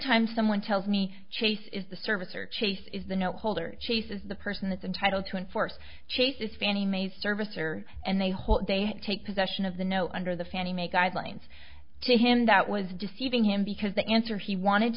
time someone tells me chase is the service or chase is the no holder chases the person is entitled to enforce chases fannie mae's service or and they hope they take possession of the no under the fannie mae guidelines to him that was deceiving him because the answer he wanted